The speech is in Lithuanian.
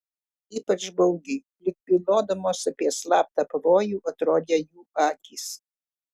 ypač baugiai lyg bylodamos apie slaptą pavojų atrodė jų akys